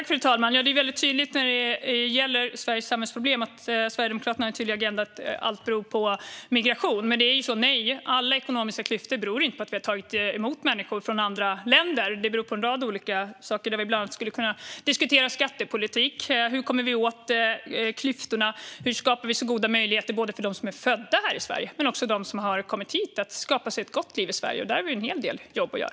Fru talman! Det är väldigt tydligt när det gäller Sveriges samhällsproblem att Sverigedemokraterna har en tydlig agenda att allt beror på migration. Men nej, alla ekonomiska klyftor beror inte på att vi har tagit emot människor från andra länder. Det beror på en rad olika saker. Vi skulle bland annat kunna diskutera skattepolitik och hur vi ska komma åt klyftorna och skapa goda möjligheter både för dem som är födda här i Sverige och för dem som har kommit hit, så att de kan skapa sig ett gott liv här. Där har vi en hel del jobb att göra.